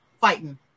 fighting